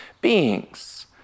beings